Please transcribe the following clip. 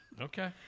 Okay